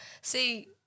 See